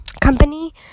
company